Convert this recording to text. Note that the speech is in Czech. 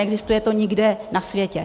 Neexistuje to nikde na světě.